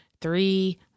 three